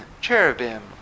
cherubim